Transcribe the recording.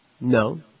no